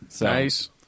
Nice